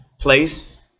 place